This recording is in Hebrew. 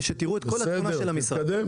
שתראו את כל התמונה של המשרד,